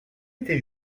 était